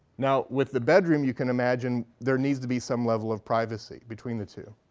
now, with the bedroom, you can imagine, there needs to be some level of privacy between the two.